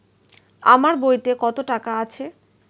আমার বইতে কত টাকা আছে?